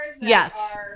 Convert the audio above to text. yes